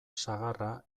sagarra